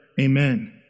Amen